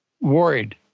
worried